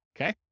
Okay